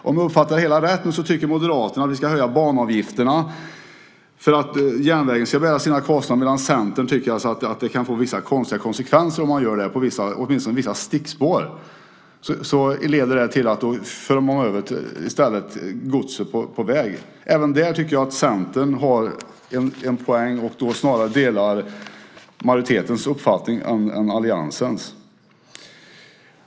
Om jag uppfattar det hela rätt nu så tycker Moderaterna att vi ska höja banavgifterna för att järnvägen ska bära sina kostnader, medan Centern tycker att det kan få vissa konstiga konsekvenser, åtminstone om man gör det på vissa stickspår. Det leder det till att man i stället för över godset till väg. Även där tycker jag att Centern har en poäng och att de snarare delar majoritetens uppfattning än alliansens.